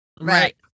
Right